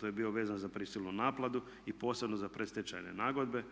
to je bilo vezano za prisilnu naplatu i posebno za predstečajne nagodbe